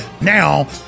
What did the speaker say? now